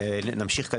נמשיך.